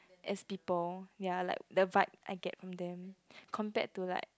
as people ya like the vibe I get from them compared to like